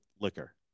liquor